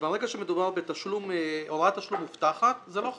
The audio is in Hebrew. שברגע שמדובר בהוראת תשלום מובטחת, זה לא חל.